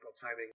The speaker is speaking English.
timing